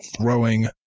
throwing